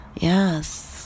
yes